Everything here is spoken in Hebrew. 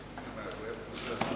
נתקבלה.